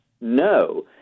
no